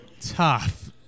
Tough